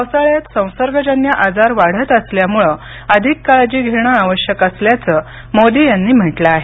पावसाळ्यात संसर्गजन्य आजार वाढत असल्यामुळे अधिक काळजी घेणं आवश्यक असल्याचं मोदी यांनी म्हटलं आहे